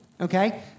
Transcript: okay